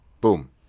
boom